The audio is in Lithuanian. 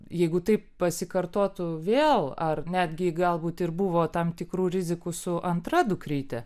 jeigu tai pasikartotų vėl ar netgi galbūt ir buvo tam tikrų rizikų su antra dukryte